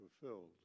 fulfilled